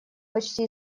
почти